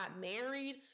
married